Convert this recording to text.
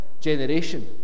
generation